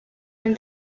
and